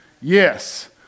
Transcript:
yes